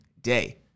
day